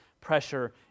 pressure